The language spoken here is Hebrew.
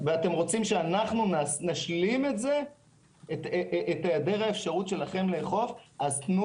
ואתם שאנחנו נשלים את היעדר האפשרות שלכם לאכוף תנו